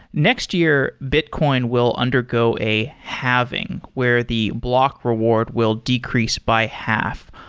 next year, bitcoin will undergo a halving, where the block reward will decrease by half.